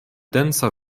densa